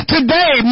Today